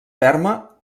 ferma